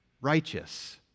righteous